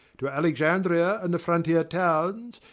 to alexandria and the frontier towns,